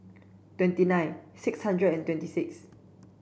twenty nine six hundred and twenty six